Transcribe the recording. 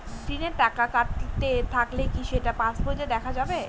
ঋণের টাকা কাটতে থাকলে কি সেটা পাসবইতে দেখা যাবে?